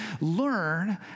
learn